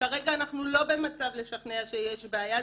כרגע אנחנו לא במצב לשכנע שיש בעיה.